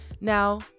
Now